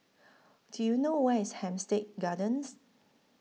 Do YOU know Where IS Hampstead Gardens